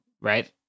right